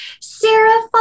Sarah